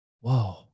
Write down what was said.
Whoa